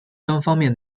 方面